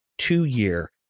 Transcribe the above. two-year